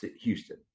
Houston